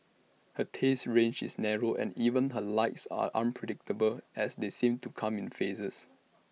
her taste range is narrow and even her likes are unpredictable as they seem to come in phases